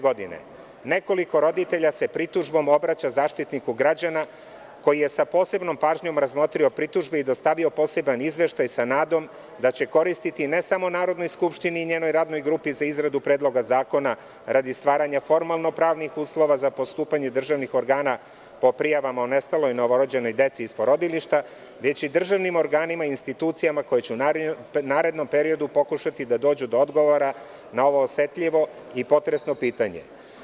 Godine 2010. nekoliko roditelja se pritužbom obraća Zaštitniku građana, koji je sa posebnom pažnjom razmotrio pritužbe i dostavio poseban izveštaj, sa nadom da će koristiti ne samo Narodnoj skupštini i njenoj Radnoj grupi za izradu predloga zakona radi stvaranja formalno-pravnih uslova za postupanje državni organa po prijavama o nestaloj novorođenoj deci iz porodilištima, već i državnim organima i institucijama koje će u narednom periodu pokušati da dođu do odgovora na ovo osetljivo i potresno pitanje.